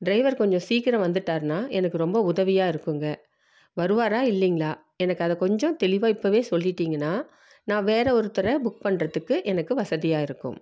driver கொஞ்சம் சீக்கிரம் வந்துட்டாருன்னா எனக்கு ரொம்ப உதவியாக இருக்குங்க வருவாராக இல்லைங்களா எனக்கு அதை கொஞ்சம் தெளிவாக இப்போவே சொல்லிடீங்கன்னா நான் வேறே ஒருத்தரை புக் பண்ணுறத்துக்கு எனக்கு வசதியாக இருக்கும்